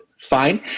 Fine